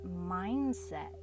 mindset